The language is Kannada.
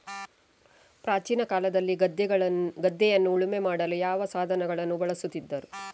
ಪ್ರಾಚೀನ ಕಾಲದಲ್ಲಿ ಗದ್ದೆಯನ್ನು ಉಳುಮೆ ಮಾಡಲು ಯಾವ ಸಾಧನಗಳನ್ನು ಬಳಸುತ್ತಿದ್ದರು?